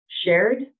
shared